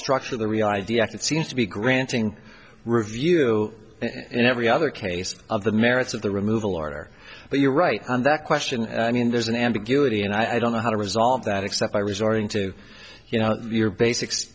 idea that seems to be granting review in every other case of the merits of the removal order but you're right that question i mean there's an ambiguity and i don't know how to resolve that except by resorting to you know your basic